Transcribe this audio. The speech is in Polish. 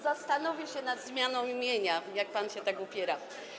Zastanowię się nad zmianą imienia, jak pan się tak upiera.